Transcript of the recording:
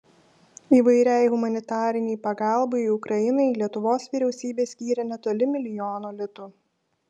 įvairiai humanitarinei pagalbai ukrainai lietuvos vyriausybė skyrė netoli milijono litų